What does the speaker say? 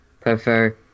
prefer